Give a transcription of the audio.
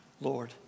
Lord